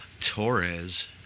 Torres